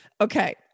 Okay